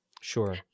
Sure